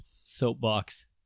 soapbox